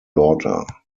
daughter